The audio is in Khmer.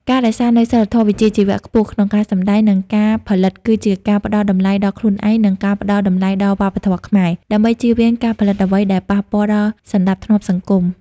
ការរក្សានូវសីលធម៌វិជ្ជាជីវៈខ្ពស់ក្នុងការសម្ដែង និងការផលិត គឺជាការផ្ដល់តម្លៃដល់ខ្លួនឯង និងការផ្ដល់តម្លៃដល់វប្បធម៌ខ្មែរ ដើម្បីចៀសវាងការផលិតអ្វីដែលប៉ះពាល់ដល់សណ្ដាប់ធ្នាប់សង្គម។